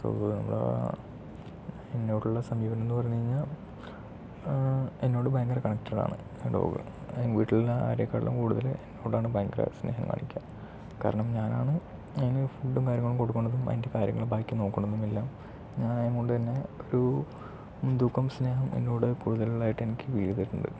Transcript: so ഇത് നമ്മളെ എന്നോടുള്ള സമീപനം എന്ന് പറഞ്ഞു കഴിഞ്ഞാൽ എന്നോട് ഭയങ്കര കണക്ടെഡ് ആണ് ആ ഡോഗ് വീട്ടിലുള്ള ആരെക്കാളും കൂടുതൽ എന്നോടാണ് ഭയങ്കര സ്നേഹം കാണിക്കുക കാരണം ഞാനാണ് അതിന് ഫുഡും കാര്യങ്ങളും കൊടുക്കണതും അതിൻ്റെ കാര്യങ്ങൾ ബാക്കി നോക്കണതും എല്ലാം ഞാൻ ആയതുകൊണ്ട് തന്നെ ഒരു മുൻതൂക്കം സ്നേഹം എന്നോട് കൂടുതൽ ഉള്ളതായിട്ട് എനിക്ക് ഫീൽ ചെയ്തിട്ടുണ്ട്